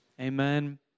Amen